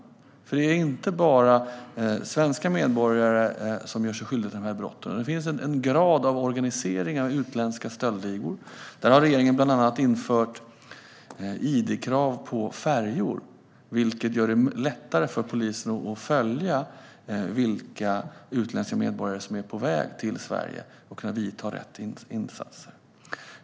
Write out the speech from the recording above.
Det är inte bara svenska medborgare som gör sig skyldiga till dessa brott. Det finns en grad av organiserade utländska stöldligor. Regeringen har bland annat infört idkrav på färjor, vilket gör det lättare för polisen att följa vilka utländska medborgare som är på väg till Sverige och att kunna vidta rätt insatser.